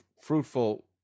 fruitful